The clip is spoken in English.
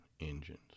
engines